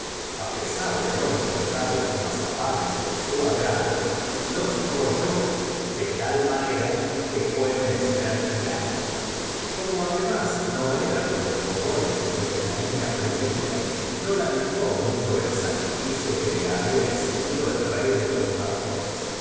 á pesar de no encontrar los mazapanes de su agrado los royó de tal ma nera que fué menester tirarlos como además no eran los bombones lo que la niiía prefería no lamentó m ucho el sacrificio que le había exigido el rey de los ratones